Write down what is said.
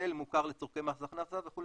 היטל מוכר לצרכי מס הכנסה וכו',